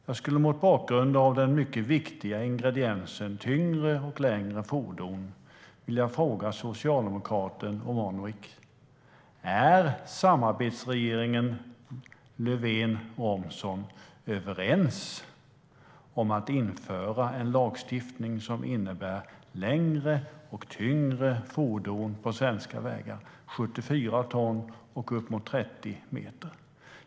Jag skulle mot bakgrund av den mycket viktiga ingrediensen tyngre och längre fordon vilja fråga socialdemokraten Omanovic om samarbetsregeringen Löfven-Romson är överens om att införa en lagstiftning som innebär möjlighet att framföra längre och tyngre fordon på svenska vägar, 74 ton och uppemot 30 meter.